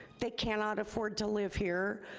they cannot afford to live here.